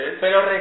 pero